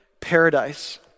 paradise